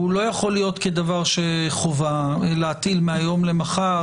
זה לא יכול להיות כחובה להטיל מהיום למחר